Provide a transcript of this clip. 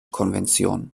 konvention